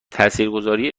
تاثیرگذاری